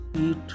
eat